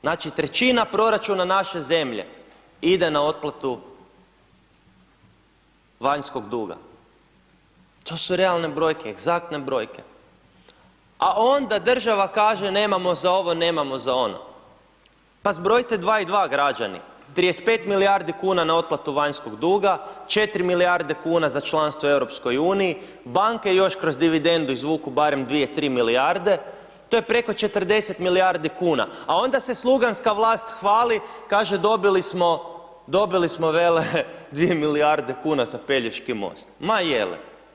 Znači, 1/3 proračuna naše zemlje ide na otplatu vanjskog duga, to su realne brojke, egzaktne brojke, a onda država kaže, nemamo za ovo, nemamo za ono, pa zbrojite dva i dva građani, 35 milijardi kuna na otplatu vanjskog duga, 4 milijarde kuna za članstvo u EU, banke još kroz dividendu izvuku barem 2-3 milijarde, to je preko 40 milijardi kuna, a onda se sluganska vlast hvali, kaže, dobili smo, vele, 2 milijarde kuna za Pelješki most, ma je li?